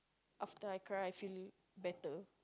after I cry I feel better